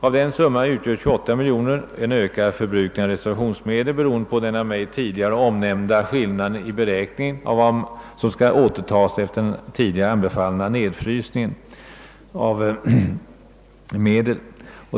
Av denna summa utgör 28 miljoner en ökad förbrukning av reservationsmedel beroende på den av mig tidigare omnämnda skillnaden i beräkningen av vad som skall återtas efter den tidigare anbefallda nedfrysningen av medel.